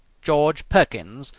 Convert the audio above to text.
george perkins,